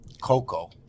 Coco